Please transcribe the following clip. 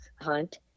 hunt